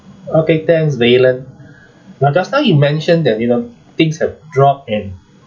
okay thanks valen now just now you mentioned that you know things have dropped and